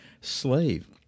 slave